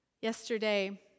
Yesterday